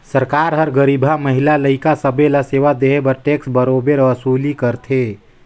सरकार हर गरीबहा, महिला, लइका सब्बे ल सेवा देहे बर टेक्स कर बरोबेर वसूली करथे